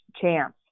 chance